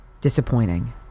disappointing